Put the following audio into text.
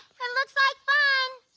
it looks like fun.